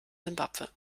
simbabwe